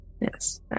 Yes